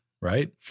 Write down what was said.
right